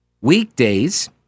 weekdays